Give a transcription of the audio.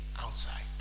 outside